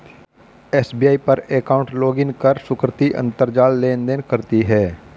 SBI पर account login कर सुकृति अंतरजाल लेनदेन करती है